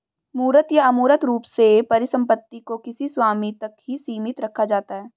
मूर्त या अमूर्त रूप से परिसम्पत्ति को किसी स्वामी तक ही सीमित रखा जाता है